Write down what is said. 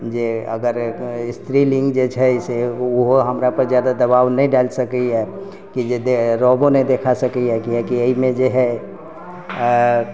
जे अगर स्त्रीलिङ्ग जेछै से ओहो हमरा पर जादा दबाव नहि डालि सकैया कि जे रौबो नहि देखा सकैया किआकि एहिमे जेहै